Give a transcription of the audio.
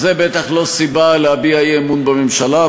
זו בטח לא סיבה להביע אי-אמון בממשלה.